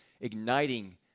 igniting